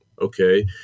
Okay